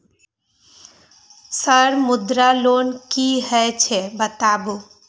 Sir Mudra loan की हे छे बताबू?